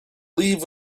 leave